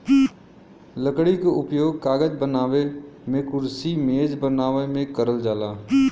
लकड़ी क उपयोग कागज बनावे मेंकुरसी मेज बनावे में करल जाला